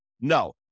No